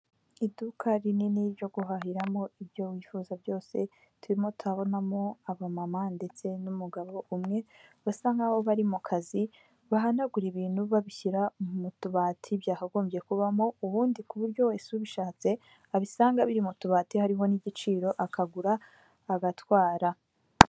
Iduka rinini ryo guhahiramo ibyo wifuza byose turimo turabonamo abamama ndetse n'umugabo umwe basa nkaho bari mu kazi, bahanagura ibintu babishyira mu tubati byakagombye kubamo, ubundi ku buryo wese ubishatse abisanga biri mu tubati hariho n'igiciro akagura agatwara.